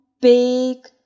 big